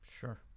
Sure